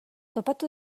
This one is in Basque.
topatu